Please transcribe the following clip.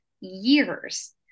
years